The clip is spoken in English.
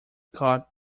got